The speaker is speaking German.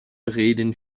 reden